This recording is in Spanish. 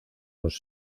los